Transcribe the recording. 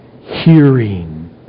hearing